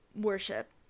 worship